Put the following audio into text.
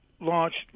launched